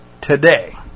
today